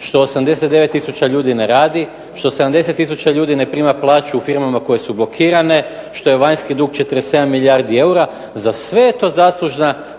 što 89000 ljudi ne radi, što 70000 ljudi ne prima plaću u firmama koje su blokirane, što je vanjski dug 47 milijardi eura. Za sve je to zaslužna